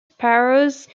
sparrows